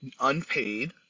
unpaid